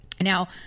Now